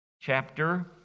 chapter